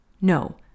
No